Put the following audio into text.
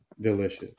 delicious